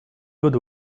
good